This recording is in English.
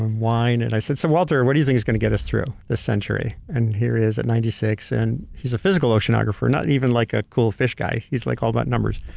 and wine, and i said, so, walter, what do you think is gonna get us through this century, and here he is at ninety six, and he's a physical oceanographer, not even like a cool fish guy. he's like all about numbers.